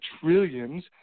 trillions